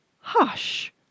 Hush